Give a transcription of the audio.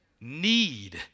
Need